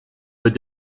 peut